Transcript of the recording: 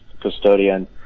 custodian